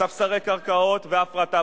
ספסרי קרקעות והפרטה.